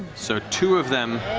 so two of them.